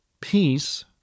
Peace